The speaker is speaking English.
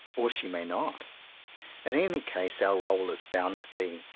or she may not in any case our role is bound to be,